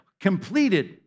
Completed